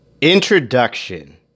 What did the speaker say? Introduction